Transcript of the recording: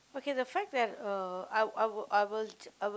okay the fact that uh I I will I will I will